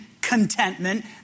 contentment